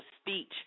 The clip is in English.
speech